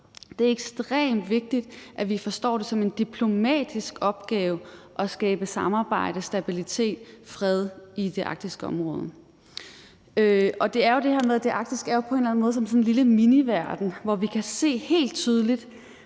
Det er ekstremt vigtigt, at vi forstår det som en diplomatisk opgave at skabe samarbejde, stabilitet og fred i det arktiske område. Det er jo det her med, at det arktiske på en eller anden måde er sådan en miniverden, hvor vi kan se helt tydeligt,